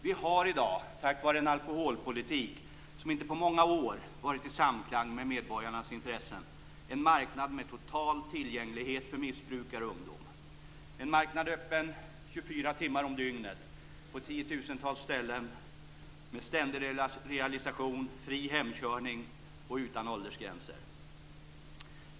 Vi har i dag, tack vare en alkoholpolitik som inte på många år varit i samklang med medborgarnas intressen, en marknad med total tillgänglighet för missbrukare och ungdom, en marknad som är öppen 24 timmar om dygnet på tiotusentals ställen med ständig realisation, fri hemkörning och utan åldersgränser.